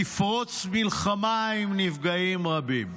תפרוץ מלחמה עם נפגעים רבים".